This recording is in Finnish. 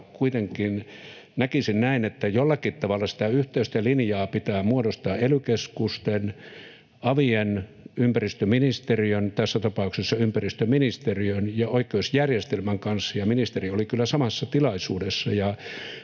näkisin näin, että jollakin tavalla sitä yhteistä linjaa pitää muodostaa ely-keskusten, avien, ympäristöministeriön — tässä tapauksessa ympäristöministeriön — ja oikeusjärjestelmän kanssa. Ministeri oli kyllä samassa tilaisuudessa.